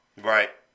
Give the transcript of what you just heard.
Right